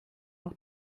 noch